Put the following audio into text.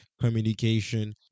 communication